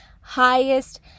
highest